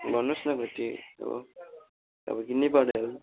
भन्नुहोस् न अब त्यही त हो अब किन्नै पर्ने